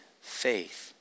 faith